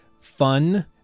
fun